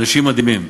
אנשים מדהימים.